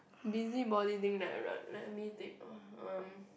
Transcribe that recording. busybody thing let me think uh um